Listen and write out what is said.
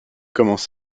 commence